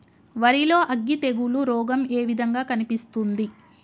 వరి లో అగ్గి తెగులు రోగం ఏ విధంగా కనిపిస్తుంది?